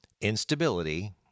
instability